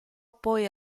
poi